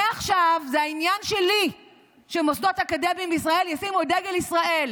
מעכשיו זה העניין שלי שמוסדות אקדמיים בישראל ישימו את דגל ישראל